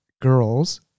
girls